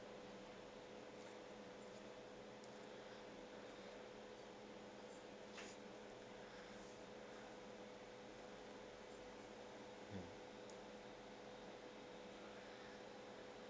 mm